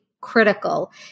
critical